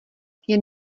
jen